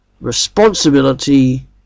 responsibility